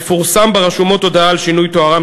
תפורסם ברשומות הודעה על שינוי תוארם